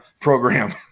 program